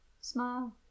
smile